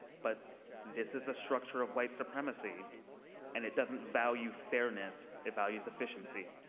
but this is a structure of white supremacy and it doesn't value fairness. it values efficiency.